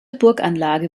burganlage